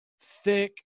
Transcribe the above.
thick